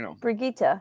Brigitte